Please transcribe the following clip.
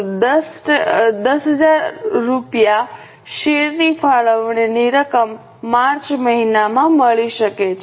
તો 10000 રૂપિયા શેરની ફાળવણીની રકમ માર્ચ મહિનામાં મળી શકે છે